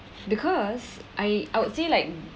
because I I would say like